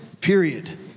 period